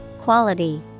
quality